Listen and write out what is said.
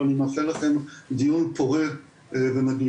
ואני מאחל לכם דיון פורה ומדויק.